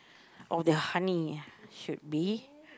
or the honey should be